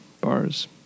bars